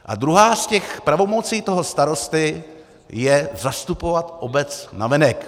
A druhá z pravomocí toho starosty je zastupovat obec navenek.